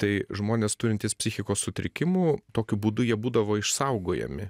tai žmonės turintys psichikos sutrikimų tokiu būdu jie būdavo išsaugojami